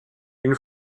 une